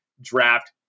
draft